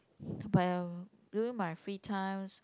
but during my free times